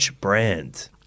Brand